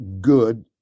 good